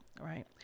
Right